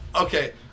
okay